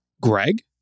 Greg